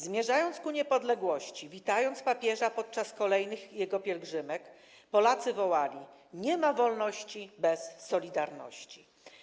Zmierzając ku niepodległości, witając papieża podczas jego kolejnych pielgrzymek, Polacy wołali: 'Nie ma wolności bez Solidarności'